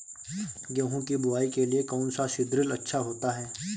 गेहूँ की बुवाई के लिए कौन सा सीद्रिल अच्छा होता है?